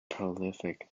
prolific